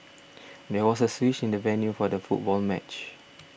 there was a switch in the venue for the football match